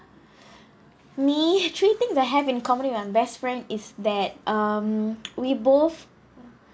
me three things I have in common with my best friend is that um we both